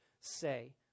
say